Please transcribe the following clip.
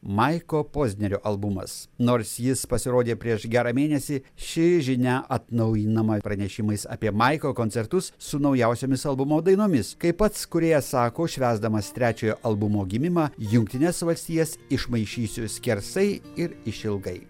maiko pozdnerio albumas nors jis pasirodė prieš gerą mėnesį ši žinia atnaujinama pranešimais apie maiko koncertus su naujausiomis albumo dainomis kaip pats kūrėjas sako švęsdamas trečiojo albumo gimimą jungtines valstijas išmaišysiu skersai ir išilgai